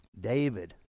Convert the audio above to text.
David